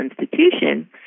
institution